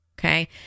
okay